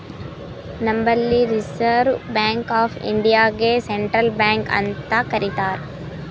ನಂಬಲ್ಲಿ reserve bank of ಇಂಡಿಯಾಗೆ central bank ಅಂತ್ ಕರಿತಾರ್